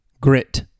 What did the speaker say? grit